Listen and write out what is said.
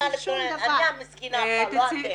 אני המסכנה עכשיו ולא אתם.